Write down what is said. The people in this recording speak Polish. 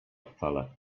wcale